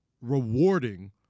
rewarding